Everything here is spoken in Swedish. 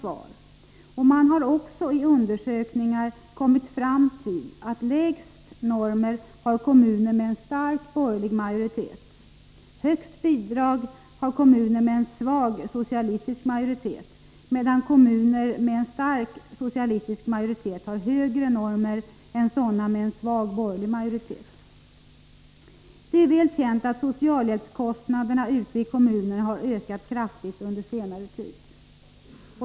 I undersökningar har man också kommit fram till att de lägsta normerna tillämpas av kommuner med stark borgerlig majoritet. De största bidragen lämnas av kommuner med svag socialistisk majoritet, medan kommuner med stark socialistisk majoritet har högre normer än sådana med svag borgerlig majoritet. Det är väl känt att socialhjälpskostnaderna ute i kommunerna har ökat kraftigt under senare tid.